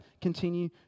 continue